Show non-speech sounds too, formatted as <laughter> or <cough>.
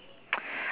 <noise>